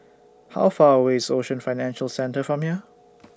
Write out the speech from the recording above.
How Far away IS Ocean Financial Centre from here